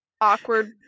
awkward